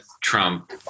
Trump